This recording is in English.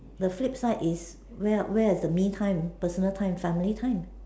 the flip side is where are where is the me time personal time family time